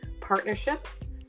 partnerships